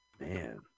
Man